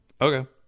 Okay